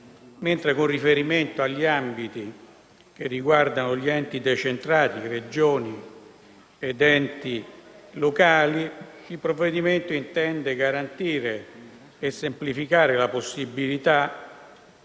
Con riferimento agli ambiti che riguardano gli enti decentrati come Regioni ed enti locali, invece, il provvedimento intende garantire e semplificare la possibilità